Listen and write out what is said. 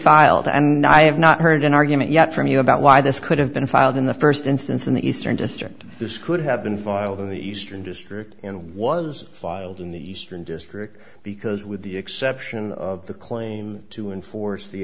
filed and i have not heard an argument yet from you about why this could have been filed in the first instance in the eastern district this could have been filed in the eastern district and was filed in the eastern district because with the exception of the claim to enforce the